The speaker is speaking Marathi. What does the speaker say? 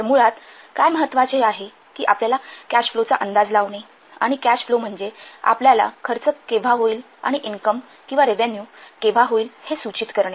तर मुळात काय महत्त्वाचे हे कि आपल्याला कॅश फ्लोचा अंदाज लावणे आणि कॅश फ्लो म्हणजे आपल्याला खर्च केव्हा होईल आणि इनकम किंवा रेव्हेन्यू केव्हा होईल हे सूचित करणे